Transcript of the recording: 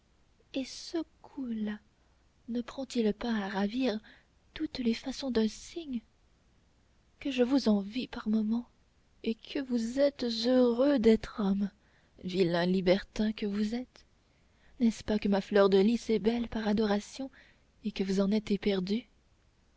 et ce cou là ne prend-il pas à ravir toutes les façons d'un cygne que je vous envie par moments et que vous êtes heureux d'être homme vilain libertin que vous êtes n'est-ce pas que ma fleur de lys est belle par adoration et que vous en êtes éperdu